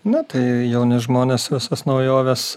na tai jauni žmonės visas naujoves